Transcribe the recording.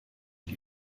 die